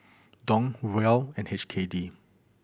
Dong Riel and H K D